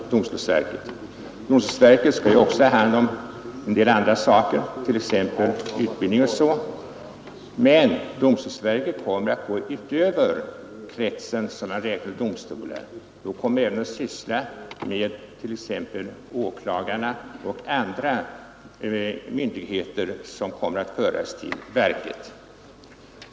Domstolsverket skall också svara för en del andra uppgifter, t.ex. utbildning. Domstolsverket kommer också att utöver domstolarna även syssla med åklagarna och andra myndigheter.